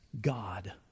God